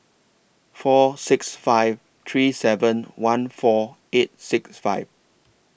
four six five three seven one four eight six five